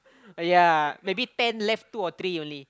yea maybe ten left two or three only